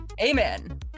amen